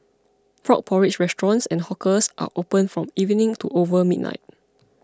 frog porridge restaurants and hawkers are opened from evening to over midnight